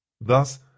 Thus